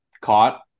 caught